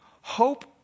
Hope